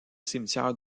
cimetière